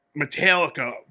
metallica